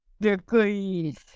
degrees